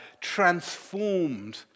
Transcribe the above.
transformed